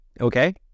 Okay